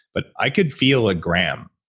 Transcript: but i could feel a gram,